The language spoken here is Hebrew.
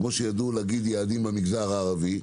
כמו שידעו להגיד יעדים במגזר הערבי,